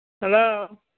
Hello